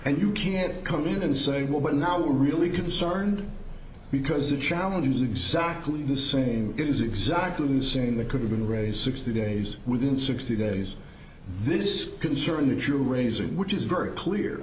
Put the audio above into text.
and you can come in and say well but now we're really concerned because the challenge is exactly the same it is exactly the same that could have been raised sixty days within sixty days this concern that you raise it which is very clear